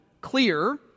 clear